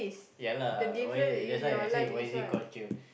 ya lah why is it that's why I said why it called cher